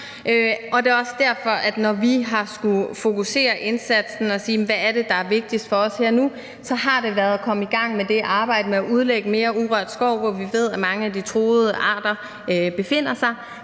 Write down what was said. Det er også derfor, at når vi har skullet fokusere indsatsen og sige, hvad det er, der er vigtigst for os her og nu, så har det været at komme i gang med arbejdet med at udlægge mere urørt skov, hvor vi ved at mange af de truede arter befinder sig,